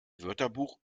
wörterbuch